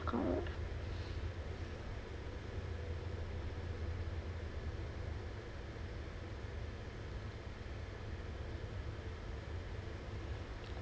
correct